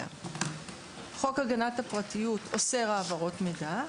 חוק הגנת הפרטיות אוסר העברות מידע,